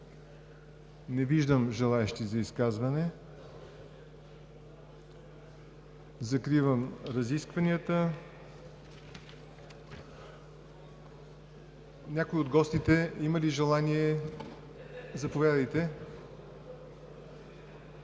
Не виждам желаещи за изказване. Закривам разискванията. Някой от гостите има ли желание? Думата